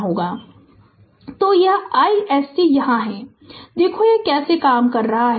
Refer Slide Time 0854 तो यह iSC यहाँ है देखो यह कैसे करेगा